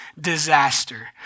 disaster